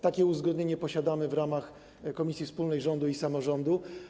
Takie uzgodnienie posiadamy w ramach komisji wspólnej rządu i samorządu.